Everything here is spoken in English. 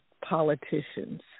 politicians